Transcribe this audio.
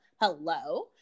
Hello